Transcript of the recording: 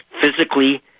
physically